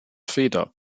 feder